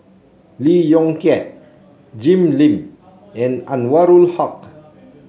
Lee Yong Kiat Jim Lim and Anwarul Haque